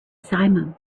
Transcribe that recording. simum